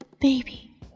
Baby